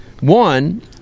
One